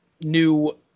new